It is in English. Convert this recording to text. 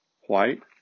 White